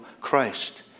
Christ